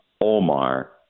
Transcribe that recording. Omar